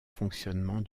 fonctionnement